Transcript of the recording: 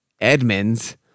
Edmonds